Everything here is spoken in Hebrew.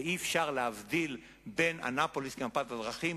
ואי-אפשר להבדיל בין אנאפוליס למפת הדרכים,